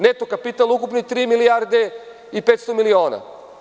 Neto kapital ukupno tri milijarde i 500 miliona.